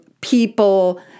people